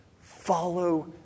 Follow